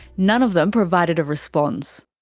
none of them provided a response.